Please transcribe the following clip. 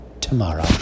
tomorrow